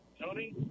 Tony